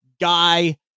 guy